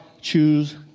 choose